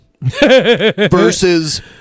versus